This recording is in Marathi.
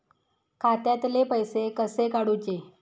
खात्यातले पैसे कसे काडूचे?